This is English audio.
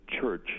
church